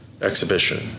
exhibition